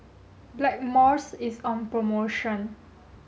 Blackmores is on promotion